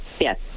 Yes